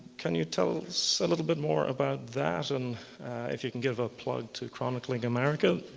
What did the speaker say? can you tell us a little bit more about that? and if you can give a plug to chronicling america,